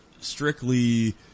strictly